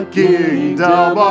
kingdom